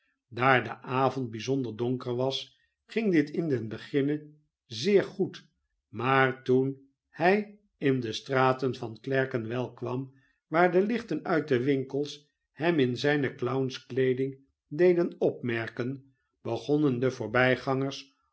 daar de avond bijzonder donker was gingdit in den beginne zeer goed maar toen hij in de straten van clerkenwell kwam waar de lichten uit de winkels hem in zijne clowns kleeding deden opmerken begonnen de